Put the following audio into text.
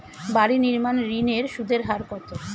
বাড়ি নির্মাণ ঋণের সুদের হার কত?